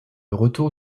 retour